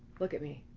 look at me.